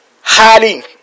hiding